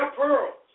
pearls